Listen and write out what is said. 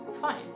fine